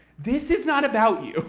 this is not about you.